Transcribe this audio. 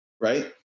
right